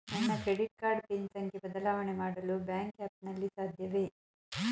ನನ್ನ credit card pin ಸಂಖ್ಯೆ ಬದಲಾವಣೆ ಮಾಡಲು ಬ್ಯಾಂಕ್ ಆ್ಯಪ್ ನಲ್ಲಿ ಸಾಧ್ಯವೇ?